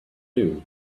noon